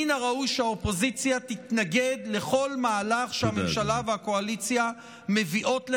מן הראוי שהאופוזיציה תתנגד לכל מהלך שהממשלה והקואליציה מביאות לכאן,